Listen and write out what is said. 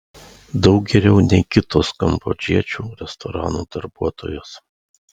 daug geriau nei kitos kambodžiečių restoranų darbuotojos